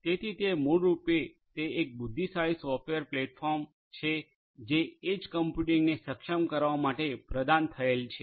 તેથી તે મૂળરૂપે તે એક બુદ્ધિશાળી સોફ્ટવેર પ્લેટફોર્મ છે જે એજ કમ્પ્યુટિંગને સક્ષમ કરવા માટે પ્રદાન થયેલ છે